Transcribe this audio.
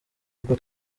bwo